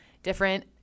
Different